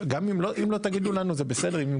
גם אם לא תגידו לנו זה בסדר,